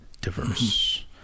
diverse